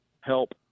help